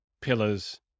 pillars